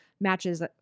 matches